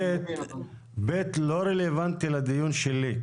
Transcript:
והוא לא רלוונטי לדיון שלי.